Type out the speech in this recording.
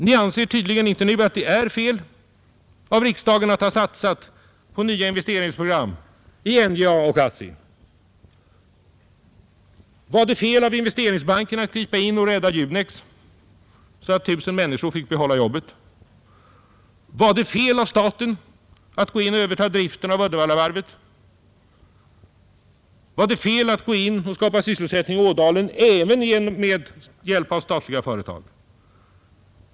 Ni anser tydligen inte att det var fel av riksdagen att satsa på nya investeringsprogram i NJA och ASSI. Var det fel av Investeringsbanken att gripa in och rädda Junex, så att 1 000 människor fick behålla jobben? Var det fel av staten att gå in och överta driften av Uddevallavarvet? Var det fel att gå in och skapa sysselsättning i Ådalen även med hjälp av statliga företag?